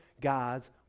god's